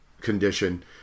condition